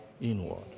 inward